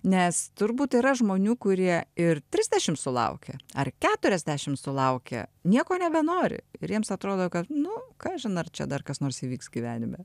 nes turbūt yra žmonių kurie ir trisdešim sulaukę ar keturiasdešim sulaukę nieko nebenori ir jiems atrodo kad nu kažin ar čia dar kas nors įvyks gyvenime